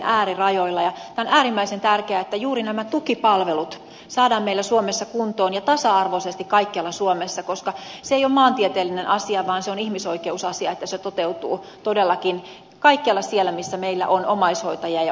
tämä on äärimmäisen tärkeää että juuri nämä tukipalvelut saadaan meillä suomessa kuntoon ja tasa arvoisesti kaikkialla suomessa koska se ei ole maantieteellinen asia vaan se on ihmisoikeusasia että se toteutuu todellakin kaikkialla siellä missä meillä on omaishoitajia ja omaishoidettavia